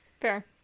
fair